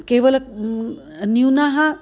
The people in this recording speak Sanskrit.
केवलं न्यूनाः